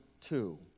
two